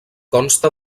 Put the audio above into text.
consta